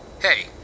Hey